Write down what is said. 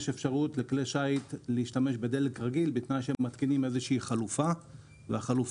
יש אפשרות לכלי השיט להשתמש בדלק רגיל בתנאי שמתקינים חלופה והחלופה